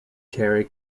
terry